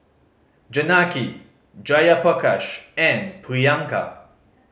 Janaki Jayaprakash and Priyanka